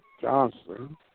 Johnson